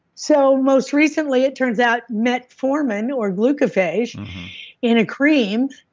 so most recently it turns out metformin or glucophage in a cream.